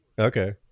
okay